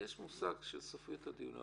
מושג של סופיות הדיון.